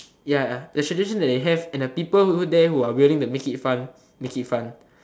ya a suggestion that they have the people who are there who are willing to make it fun make it fun